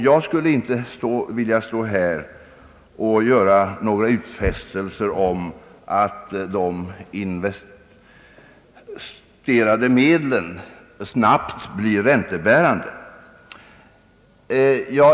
Jag vill inte stå här och göra några utfästelser om att de investerade medlen snabbt blir räntebärande.